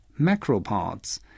macropods